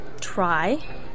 Try